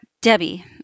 Debbie